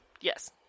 Yes